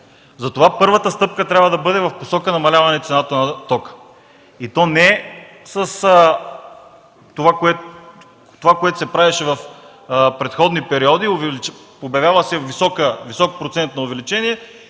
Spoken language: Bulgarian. Затова първата стъпка трябва да бъде в посока намаляването цената на тока. И то не с това, което се правеше в предходни периоди – обявява се висок процент на увеличение